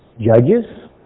judges